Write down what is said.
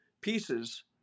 pieces